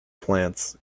plants